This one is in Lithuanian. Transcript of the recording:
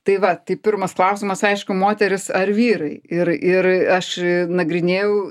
tai va tai pirmas klausimas aišku moterys ar vyrai ir ir aš nagrinėjau